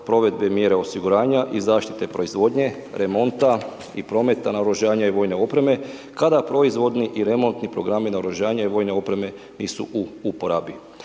provedbe mjera osiguranja i zaštite proizvodnje, remonta i prometa naoružanja i vojne opreme kada proizvodni i remontni programi naoružanja i vojne opreme nisu u uporabi.